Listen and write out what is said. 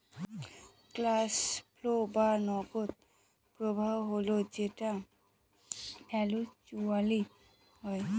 cash flow বা নগদ প্রবাহ হল যেটা ভার্চুয়ালি হয়